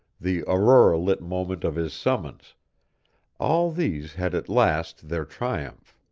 the aurora-lit moment of his summons all these had at last their triumph.